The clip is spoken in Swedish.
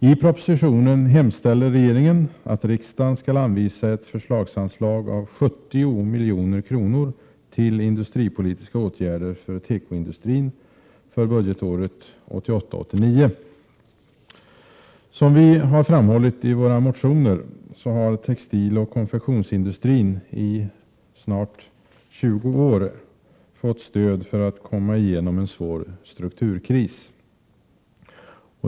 I propositionen hemställer regeringen att riksdagen skall anvisa ett förslagsanslag av 70 milj.kr. till industripolitiska åtgärder för tekoindustrin för budgetåret 1988/89. Som vi har framhållit i våra motioner har textiloch konfektionsindustrin i snart 20 år fått stöd för att komma igenom en svår strukturkris.